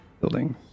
building